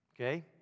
okay